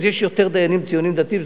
אז יש יותר דיינים ציונים-דתיים.